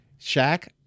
Shaq